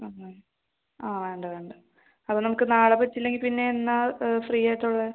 ആ ആ ആ വേണ്ട വേണ്ട അപ്പോൾ നമുക്ക് നാളെ പറ്റിയില്ലെങ്കിൽ പിന്നെ എന്നാണ് ഫ്രീ ആയിട്ടുള്ളത്